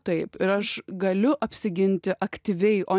taip aš galiu apsiginti aktyviai o